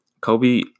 Kobe